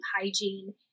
hygiene